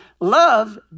love